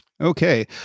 Okay